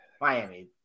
Miami